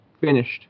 finished